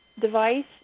device